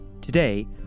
Today